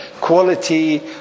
quality